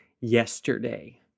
yesterday